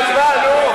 להצבעה.